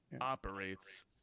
operates